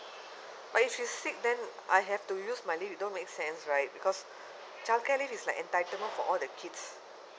but if she's sick then I have to use my leave it don't make sense right because childcare leave is like entitlement for all the kids